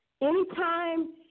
anytime